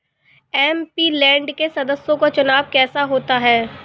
MP land के सदस्यों का चुनाव कैसे होता है?